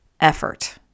Effort